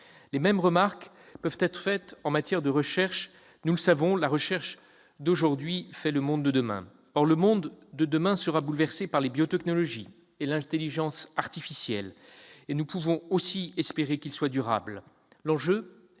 Les mêmes remarques peuvent être faites en matière de recherche. Nous le savons, la recherche d'aujourd'hui fait le monde de demain. Or le monde demain sera bouleversé par les biotechnologies et l'intelligence artificielle. Nous pouvons aussi espérer qu'il soit durable.